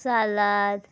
सालाद